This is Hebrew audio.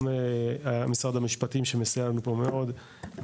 גם משרד המשפטים שמסייע לנו פה מאוד,